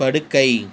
படுக்கை